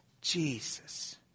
Jesus